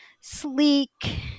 sleek